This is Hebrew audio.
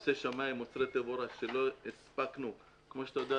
נושא שמאים שלא הספקנו כפי שאתה יודע,